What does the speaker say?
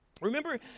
Remember